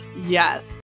Yes